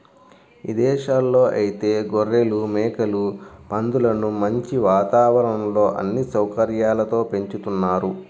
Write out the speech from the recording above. ఇదేశాల్లో ఐతే గొర్రెలు, మేకలు, పందులను మంచి వాతావరణంలో అన్ని సౌకర్యాలతో పెంచుతున్నారు